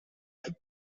would